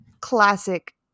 classic